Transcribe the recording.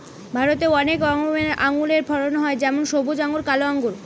ভারতে অনেক রকমের আঙুরের ফলন হয় যেমন সবুজ আঙ্গুর, কালো আঙ্গুর